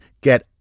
get